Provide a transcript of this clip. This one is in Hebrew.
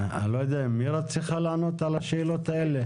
מירה צריכה לענות על השאלות האלה?